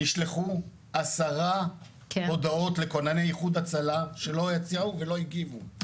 נשלחו עשרה הודעות לכונני איחוד הצלה שלא יצאו ולא הגיבו,